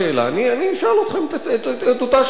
אני שואל אתכם את אותה שאלה: